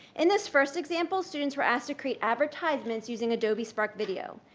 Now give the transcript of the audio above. in this first example, students were asked to create advertisements using adobe spark video.